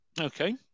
Okay